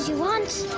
want